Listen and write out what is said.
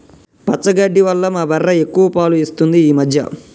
పచ్చగడ్డి వల్ల మా బర్రె ఎక్కువ పాలు ఇస్తుంది ఈ మధ్య